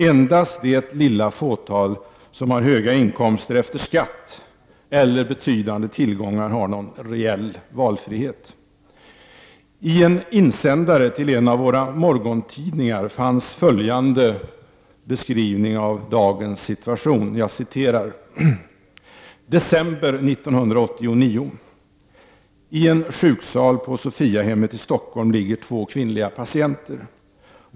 Endast det lilla fåtal som har höga inkomster efter skatt eller betydande tillgångar har någon reell valfrihet. I en insändare till en av våra morgontidningar fanns följande beskrivning av dagens situation: ”December 1989. I en sjuksal på Sophiahemmet i Stockholm ligger två kvinnliga patienter.